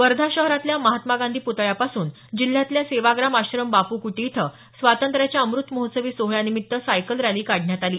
वर्धा शहरातल्या महात्मा गांधी प्तळ्यापासून जिल्ह्यातल्या सेवाग्राम आश्रम बापू कुटी इथं स्वातंत्र्याच्या अमृत महोत्सवी सोहळ्यानिमित्त सायकल रॅली काढण्यात आली